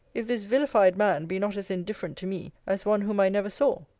if this vilified man be not as indifferent to me, as one whom i never saw.